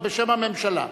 בשם הממשלה.